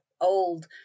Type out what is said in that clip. old